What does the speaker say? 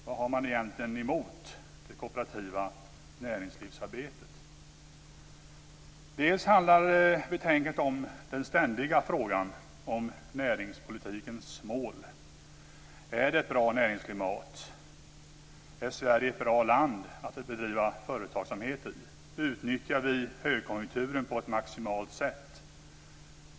Vad har man egentligen emot det kooperativa näringslivsarbetet? Dessutom handlar betänkandet om den ständiga frågan om näringspolitikens mål. Är det ett bra näringsklimat? Är Sverige ett bra land att bedriva företagsamhet i? Utnyttjar vi högkonjunkturen på ett maximalt sätt?